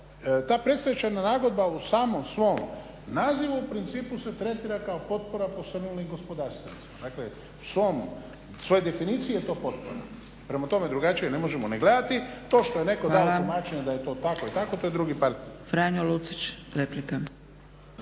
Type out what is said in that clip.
ta predstečajna nagodba u samom svom nazivu u principu se tretira kao potpora posrnulim gospodarstvenicima. Dakle po svojoj definiciji je to potpora, prema tome drugačije ne možemo ni gledati. To što je neko dao tumačenje da je to tako i tako to je drugi par.